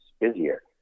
busier